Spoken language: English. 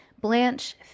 Blanche